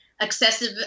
excessive